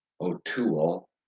O'Toole